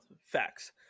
Facts